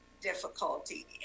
difficulty